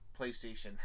PlayStation